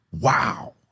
Wow